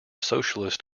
socialist